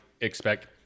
expect